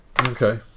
Okay